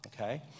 Okay